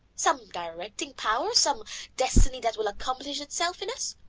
some directing power. some destiny that will accomplish itself in us.